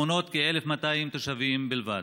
המונות כ-1,200 תושבים בלבד.